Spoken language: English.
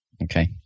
Okay